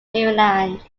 maryland